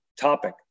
topic